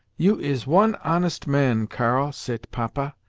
you is one honest man, karl sayt papa,